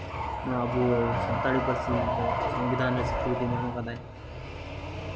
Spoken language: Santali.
ᱱᱚᱣᱟ ᱟᱵᱚ ᱥᱟᱱᱛᱟᱲᱤ ᱯᱟᱹᱨᱥᱤ ᱫᱚ ᱥᱚᱝᱵᱤᱫᱷᱟᱱ ᱨᱮ ᱥᱚᱥᱠᱨᱤᱛᱤ ᱧᱟᱢ ᱟᱠᱟᱫᱟᱭ